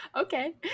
okay